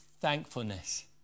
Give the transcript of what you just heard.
thankfulness